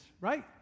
right